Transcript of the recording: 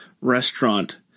restaurant